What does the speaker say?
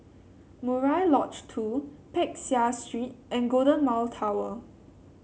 Murai Lodge Two Peck Seah Street and Golden Mile Tower